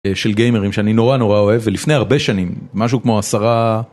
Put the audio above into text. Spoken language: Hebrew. של גיימרים שאני נורא נורא אוהב ולפני הרבה שנים משהו כמו עשרה.